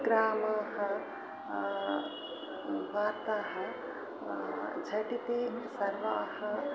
ग्रामाः वार्ताः झटिति सर्वाः